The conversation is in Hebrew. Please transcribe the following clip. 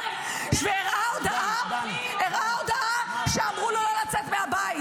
והראה הודעה שאמרו לו לא לצאת מהבית?